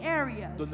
areas